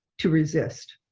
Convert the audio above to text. to resist.